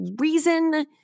reason